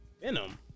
Venom